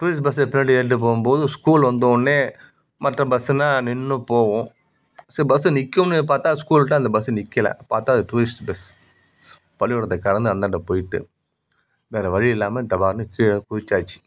tourist பஸ்ஸில் பின்னாடி ஏறிக்கிட்டு போகும் போது ஸ்கூல் வந்தோனே மற்ற பஸ்ஸுனா நின்று போகும் சரி பஸ் நிற்கும்னு பார்த்தா ஸ்கூல்கிட்ட அந்த பஸ் நிற்கல பார்த்தா அது டூரிஸ்ட் பஸ் பள்ளிக்கூடத்த கடந்து அந்தாண்ட போய்ட்டு வேற வழி இல்லைமா தப்பார்னு கீழே குதிச்சாச்சு